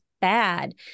bad